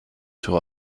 sur